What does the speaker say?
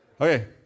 Okay